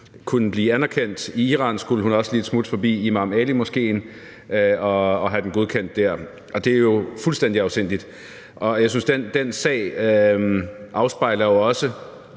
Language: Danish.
kunne blive anerkendt i Iran, skulle hun også lige et smut forbi Imam Ali-moskéen og have den godkendt dér, og det er jo fuldstændig afsindigt. Jeg synes, den sag jo,